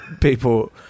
people